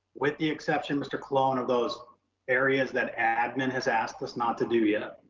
with the exception mr. colon of those areas that admin has asked us not to do yet.